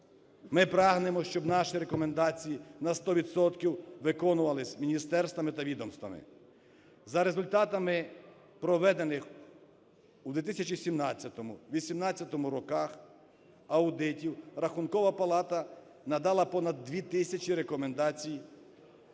Ми прагнемо, щоб наші рекомендації на 100 відсотків виконувались міністерствами та відомствами. За результатами проведених у 2017-2018 роках аудитів Рахункова палата надала понад 2 тисячі рекомендацій.